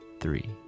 three